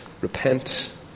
repent